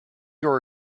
your